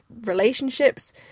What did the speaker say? relationships